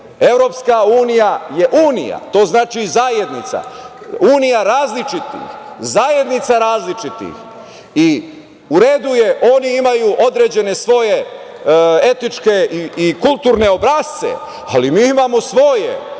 unija je unija, to znači zajednica, unija različitih, zajednica različitih. U redu je oni imaju određene svoje etičke i kulturne obrasce, ali mi imamo svoje